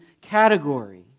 category